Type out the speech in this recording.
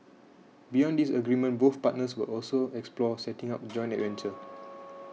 beyond this agreement both partners will also explore setting up a joint venture